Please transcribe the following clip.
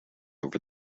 over